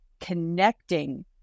connecting